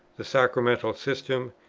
the sacramental system,